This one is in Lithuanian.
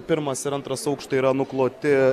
pirmas ir antras aukštai yra nukloti